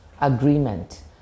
agreement